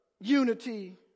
unity